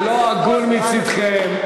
זה לא הגון מצדכם.